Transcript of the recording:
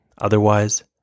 Otherwise